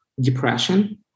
depression